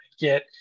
get